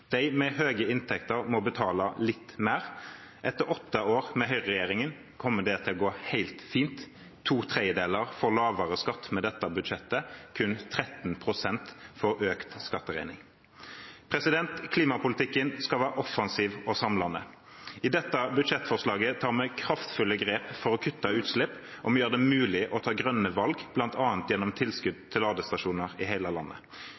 De med høye inntekter må betale litt mer. Etter åtte år med høyreregjering kommer det til å gå helt fint. To tredjedeler får lavere skatt med dette budsjettet, kun 13 pst. får økt skatteregning. Klimapolitikken skal være offensiv og samlende. I dette budsjettforslaget tar vi kraftfulle grep for å kutte utslipp, og vi gjør det mulig å ta grønne valg, bl.a. gjennom tilskudd til ladestasjoner i hele landet.